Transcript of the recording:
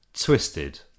Twisted